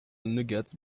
nougat